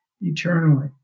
eternally